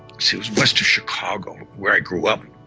so it was west of chicago, where i grew up.